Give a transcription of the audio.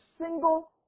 single